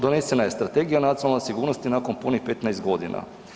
Donesena je Strategija nacionalne sigurnosti nakon punih 15 godina.